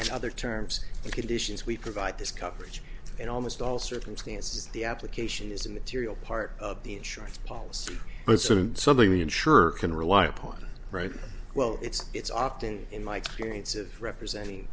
any other terms and conditions we provide this coverage in almost all circumstances the application is a material part of the insurance policy but certain something the insurer can rely upon right well it's it's often in my experience of representing